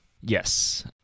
Yes